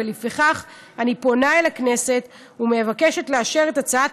ולפיכך אני פונה אל הכנסת ומבקשת לאשר את הצעת